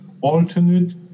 alternate